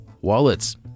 wallets